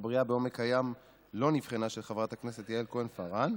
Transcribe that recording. הבריאה בעומק הים לא נבחנה, של יעל כהן-פארן,